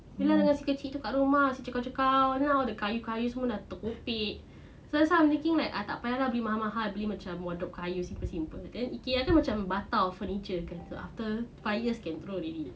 ye lah si kecil tu dekat rumah cekau-cekau jer now the kayu-kayu semua nak terkopek so that's why I'm thinking like that ah tak payah lah beli mahal-mahal beli macam murah kayu simple simple then IKEA kan macam batau furniture then after five years can throw already